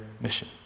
mission